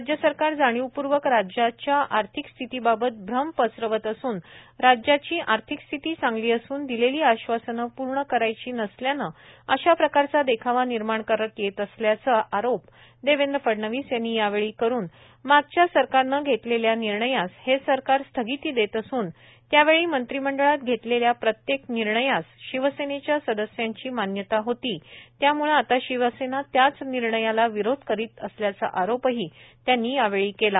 राज्य सरकार जाणीवपूर्णक राज्याच्या आर्थिक स्थीती बाबात श्रम पसरवत असून राज्याची आर्थिक स्थिती चांगली असून दिलेली आश्वासने पूर्ण करायची नसल्याने अश्या प्रकारचा देखावा निर्माण करण्यात येत असल्याचा आरोप देवेद्र फडणवीस यांनी यावेळी करून मागच्या सरकारने घेतलेल्या निर्णयास हे सरकार स्थगीती देत असून त्यावेळी मंत्रीमंडळात घेतलेल्या प्रत्येक निर्णयास शिवसेनेच्या सदस्यांची मान्याता होती त्यामुळे आता शिवसेना त्याच निर्णयाला विरोध करीत असल्यचा आरोपही विरोधी पक्षनेत्यानी यावेळी केला